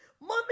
mommy